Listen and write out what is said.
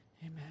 Amen